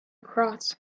across